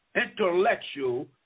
intellectual